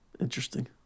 Interesting